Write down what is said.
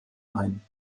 ein